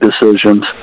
decisions